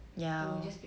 ya